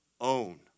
own